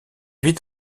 vit